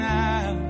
now